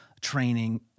training